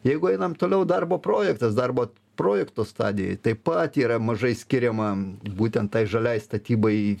jeigu einam toliau darbo projektas darbo projekto stadijoj taip pat yra mažai skiriama būtent tai žaliai statybai